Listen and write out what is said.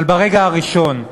אבל ברגע הראשון,